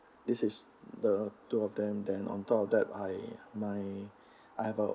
this is the two of them then on top of that I my I have a